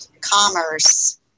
commerce